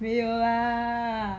没有 lah